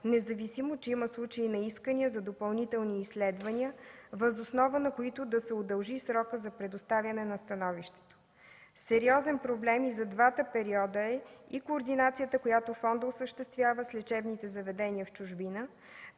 независимо че има случаи на искания за допълнителни изследвания, въз основа на които да се удължи срокът за предоставяне на становище. Сериозен проблем и за двата периода е координацията, която фондът осъществява с лечебните заведения в чужбина,